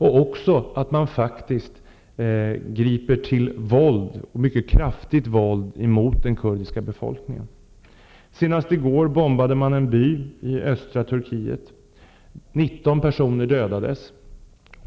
och faktiskt griper till mycket kraftigt våld mot den kurdiska befolkningen. Senast i går bombades en by i östra Turkiet -- 19 personer dödades.